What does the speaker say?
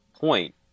point